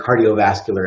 cardiovascular